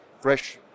fresh